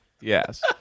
Yes